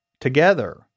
together